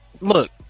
look